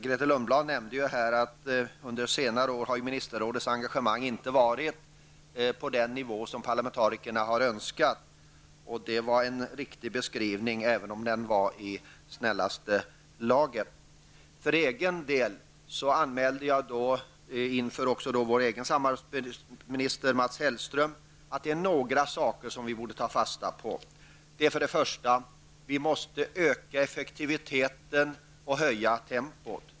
Grethe Lundblad nämnde här att Ministerrådets engagemang under senare år inte har varit på den nivå som parlamentarikerna har önskat. Det var en riktig beskrivning, även om den var i snällaste laget. Jag anmälde för egen del för vår svenska samarbetsminister, Mats Hellström, att det är några saker som vi borde ta fasta på. För det första måste vi öka effektiviteten och höja tempot.